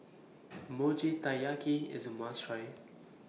Mochi Taiyaki IS A must Try